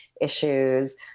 issues